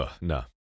No